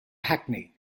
hackney